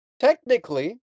Technically